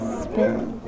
spin